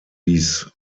dies